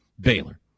Baylor